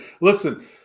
Listen